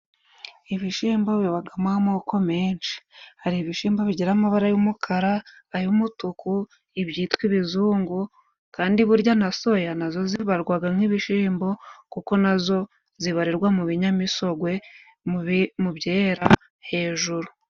ibishimbo bibagamo amoko menshi, hari ibishimbo bigira amabara y'umukara, ay'umutuku, ibyitwa ibizungu kandi burya na soya na zo zibarwaga nk'ibishimbo kuko na zo zibarirwa mu binyamisogwe, mu byera hejuru.